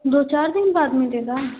दो चार दिन बाद मिलेगा